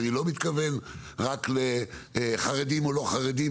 אני לא מתכוון רק לחרדים או לא חרדים,